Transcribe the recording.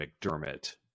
McDermott